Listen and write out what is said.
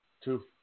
Two